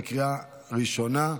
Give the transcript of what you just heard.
בקריאה הראשונה.